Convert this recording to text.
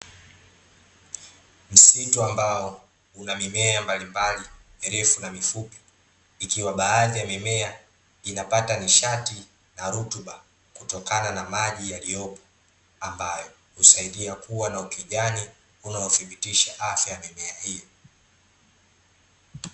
Msitu ambao, una mimea mbalimbali, mirefu na mifupi, ikiwa baadhi ya mimea inapata nishati na rutuba, kutokana na maji yaliyopo ambayo, husaidia kuwa na ukijani uaothibitisha afya ya mimea hii.